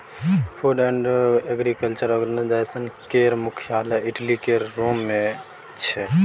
food and agriculture organisation केर मुख्यालय Italy केर रोम मे छै